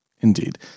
Indeed